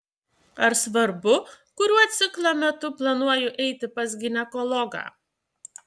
ar svarbu kuriuo ciklo metu planuoju eiti pas ginekologą